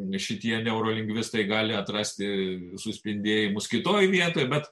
šitie neurolingvistai gali atrasti suspindėjimus kitoj vietoj bet